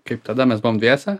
kaip tada mes buvome dviese